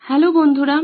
hello বন্ধুরা